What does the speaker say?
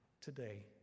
today